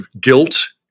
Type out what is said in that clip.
guilt